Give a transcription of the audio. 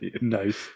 Nice